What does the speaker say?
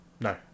no